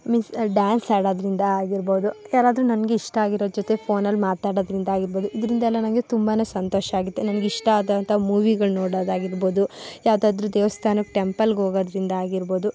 means dance ಆಡೋದರಿಂದ ಆಗಿರ್ಬೋದು ಯಾರಾದರೂ ನನಗೆ ಇಷ್ಟ ಆಗಿರೋ ಜೊತೆ ಫೋನಲ್ಲಿ ಮಾತಾಡೋದರಿಂದ ಆಗಿರ್ಬೋದು ಇದರಿಂದ ಎಲ್ಲ ನನಗೆ ತುಂಬನೇ ಸಂತೋಷ ಆಗುತ್ತೆ ನನಗೆ ಇಷ್ಟ ಆದಂಥ ಮೂವಿಗಳನ್ನ ನೋಡೋದಾಗಿರ್ಬೋದು ಯಾವುದಾದ್ರೂ ದೇವಸ್ಥಾನ ಟೆಂಪಲ್ ಹೋಗೋದರಿಂದ ಆಗಿರ್ಬೋದು